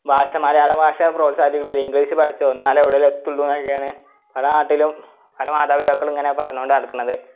ഭാഷ മലയാള ഭാഷ പ്രോത്സാഹിപ്പിക്കുന്നില്ല ഇംഗ്ലീഷ് പഠിച്ചോ എന്നാലെ എവിടെയെങ്കിലും എത്തുകയുള്ളു എന്നൊക്കയാണ് പല നാട്ടിലും പല മാതാപിതാക്കളു ഇങ്ങനെ പറഞ്ഞു കൊണ്ട് നടക്കുന്നത്